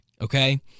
Okay